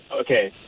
Okay